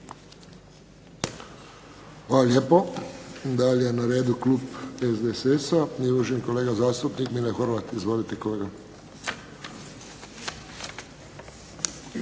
Hvala lijepo. Dalje je na redu klub SDSS-a i uvaženi kolega zastupnik Mile Horvat. Izvolite kolega.